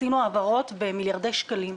ביצענו העברות במיליארדי שקלים.